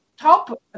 top